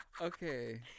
Okay